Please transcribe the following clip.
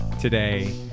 today